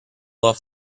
off